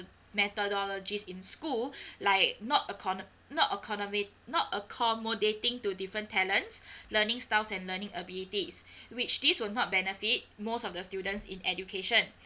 methodologies in school like not accommo~ not accommoda~ not accommodating to different talents learning styles and learning abilities which this will not benefit most of the students in education